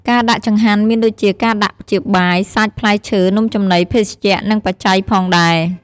ការដាក់ចង្ហាន់មានដូចជាការដាក់ជាបាយ សាច់ ផ្លែឈើ នំចំណី ភេសជ្ជៈ និង បច្ច័យ ផងដែរ។